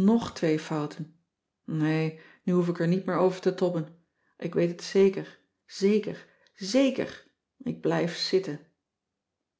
ng twee fouten nee nu hoef ik er niet meer over te tobben ik weet het zeker zeker zèker ik blijf zitten